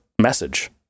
message